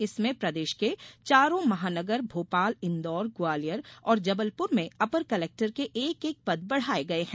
इसमें प्रदेश के चारों महानगर भोपाल इंदौर ग्वालियर और जबलपुर में अपर कलेक्टर के एक एक पद बढ़ाए गए हैं